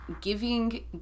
giving